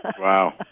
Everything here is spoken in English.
Wow